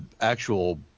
actual